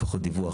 לפחות דיווח,